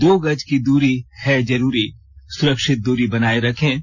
दो गज की दूरी है जरूरी सुरक्षित दूरी बनाए रखें